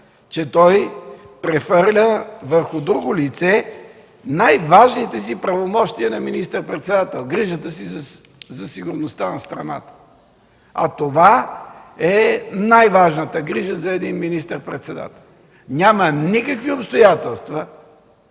че той прехвърля върху друго лице най-важните си правомощия на министър-председател – грижата за сигурността на страната. А това е най-важната грижа за един министър-председател. Няма никакви обстоятелства,